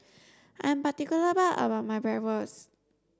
I'm particular about my Bratwurst